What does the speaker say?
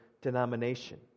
denomination